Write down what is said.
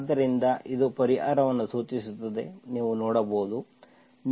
ಆದ್ದರಿಂದ ಇದು ಪರಿಹಾರವನ್ನು ಸೂಚಿಸುತ್ತದೆ ನೀವು ನೋಡಬಹುದು